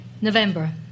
November